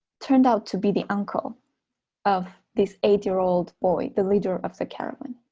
turned out to be the uncle of this eight year old boy, the leader of the caravan